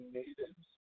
natives